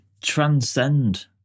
transcend